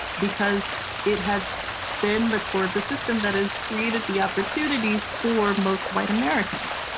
because it has been the core of the system that has created the opportunities for most white americans.